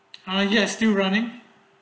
ah yes still running